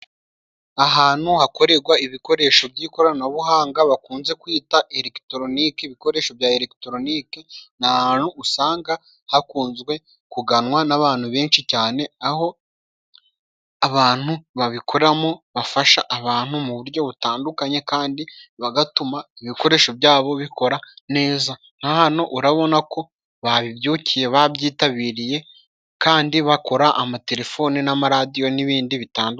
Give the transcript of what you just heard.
Ahantu hakoregwa ibikoresho by'ikoranabuhanga bakunze kwita elegitoroniki. Ibikoresho bya elegitoroniki ni ahantu usanga hakunzwe kuganwa n'abantu benshi cyane, aho abantu babikoramo bafasha abantu mu buryo butandukanye kandi bagatuma ibikoresho byabo bikora neza. Nka hano urabonako babibyukiye babyitabiriye kandi bakora amatelefoni n'amaradiyo n'ibindi bitandukanye.